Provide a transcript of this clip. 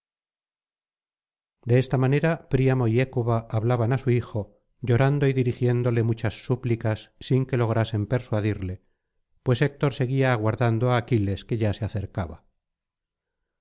de esta manera príamoy hécuba hablaban á su hijo llorando y dirigiéndole muchas súplicas sin que lograsen persuadirle pues héctor seguía aguardando á aquiles que ya se acercaba